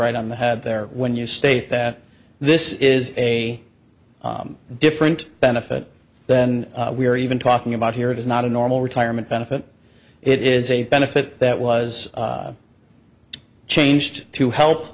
right on the head there when you state that this is a different benefit then we are even talking about here it is not a normal retirement benefit it is a benefit that was changed to help